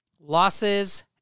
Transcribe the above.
losses